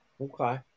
okay